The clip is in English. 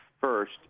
first